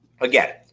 Again